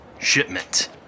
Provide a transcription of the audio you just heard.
shipment